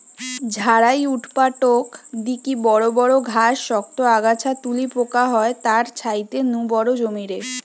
ঝাড়াই উৎপাটক দিকি বড় বড় ঘাস, শক্ত আগাছা তুলি পোকা হয় তার ছাইতে নু বড় জমিরে